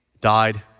died